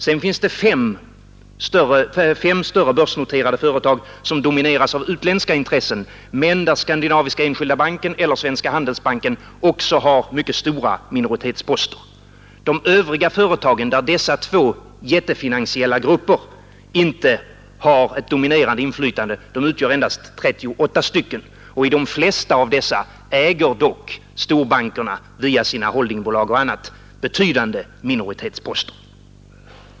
Sedan finns det 5 större börsnoterade företag som domineras av utländska intressen men där Skandinaviska enskilda banken eller Svenska handelsbanken också har mycket stora minoritetsposter. De övriga företagen, där dessa två finansiella jättegrupper inte har ett dominerande inflytande, utgör endast 38, och i de flesta av dessa äger storbankerna via sina holdingbolag och annat betydande minoritetsposter.